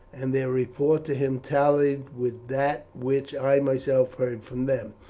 and their report to him tallied with that which i myself heard from them.